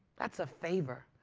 that's a favor.